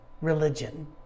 religion